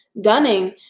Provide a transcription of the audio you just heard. Dunning